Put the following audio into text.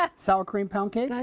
but sour cream pound cake?